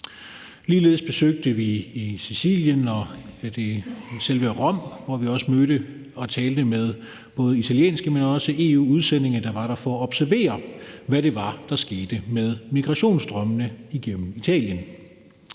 Ligeledes besøgte vi Sicilien og selve Rom, hvor vi også mødte og talte med både italienere, men også EU-udsendte, der var der for at observere, hvad der skete med migrationsstrømmene igennem Italien.